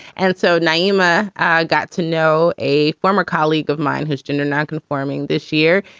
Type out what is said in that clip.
and so nyima got to know a former colleague of mine who's gender nonconforming this year.